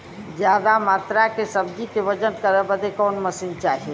ज्यादा मात्रा के सब्जी के वजन करे बदे कवन मशीन चाही?